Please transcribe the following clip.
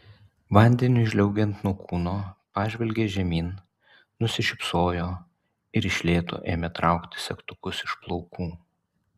vandeniui žliaugiant nuo kūno pažvelgė žemyn nusišypsojo ir iš lėto ėmė traukti segtukus iš plaukų